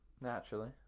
Naturally